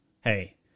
hey